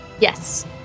Yes